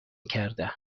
کردن